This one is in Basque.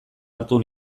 hartu